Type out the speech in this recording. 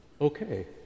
Okay